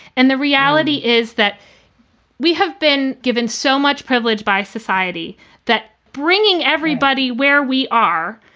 and the reality is that we have been given so much privilege by society that bringing everybody where we are.